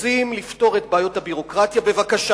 רוצים לפתור את בעיות הביורוקרטיה, בבקשה.